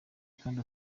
kandi